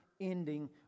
ending